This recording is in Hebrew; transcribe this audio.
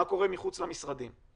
מה קורה מחוץ למשרדים.